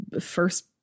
first